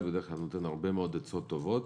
בדרך כלל נותן הרבה מאוד עצות טובות.